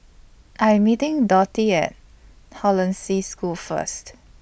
I Am meeting Dotty At Hollandse School First